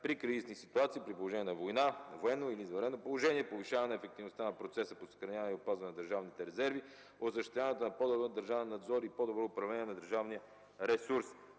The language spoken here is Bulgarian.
при кризисни ситуации, при положение на война, военно или извънредно положение, повишаване ефективността на процеса по съхраняване и опазване на държавните резерви, осъществяването на по-добър държавен надзор и по-добро управление на държавния ресурс.